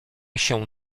się